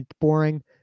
boring